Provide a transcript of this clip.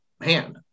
man